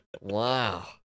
Wow